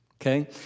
okay